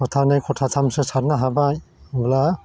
खथानै खथाथामसो सारनो हाबाय होनब्ला